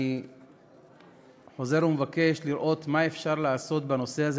אני חוזר ומבקש לראות מה אפשר לעשות בנושא הזה,